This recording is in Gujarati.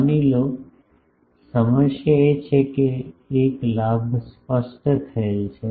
માની લો સમસ્યા એ છે કે એક લાભ સ્પષ્ટ થયેલ છે